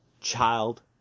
child